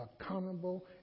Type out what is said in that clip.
accountable